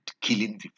killing